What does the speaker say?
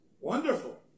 Wonderful